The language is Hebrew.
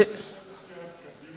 זה בשם סיעת קדימה מה